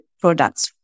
products